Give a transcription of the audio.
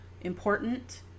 important